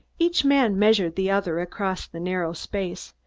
each man measured the other across the narrow space,